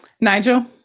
Nigel